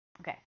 Okay